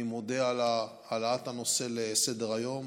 אני מודה על העלאת הנושא לסדר-היום.